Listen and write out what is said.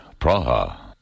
Praha